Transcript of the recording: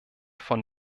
von